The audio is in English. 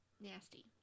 Nasty